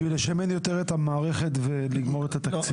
בשביל לשמן יותר את המערכת ולגמור את התקציב.